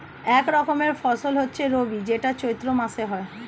এক রকমের ফসল হচ্ছে রবি যেটা চৈত্র মাসে হয়